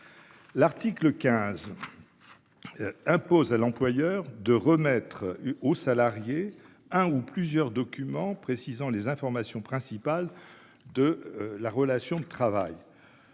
L'article 15. Impose à l'employeur de remettre aux salariés un ou plusieurs documents précisant les informations principales de la relation de travail.